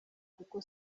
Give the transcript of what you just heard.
kuko